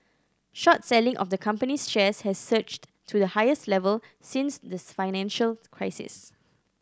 short selling of the company's shares has surged to the highest level since this financial crisis